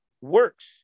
Works